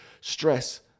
stress